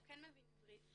הוא מבין עברית.